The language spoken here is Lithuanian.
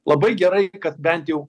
labai gerai kad bent jau